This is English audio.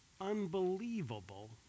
unbelievable